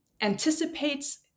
anticipates